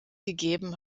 gegeben